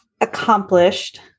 accomplished